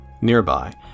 Nearby